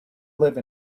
live